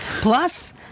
Plus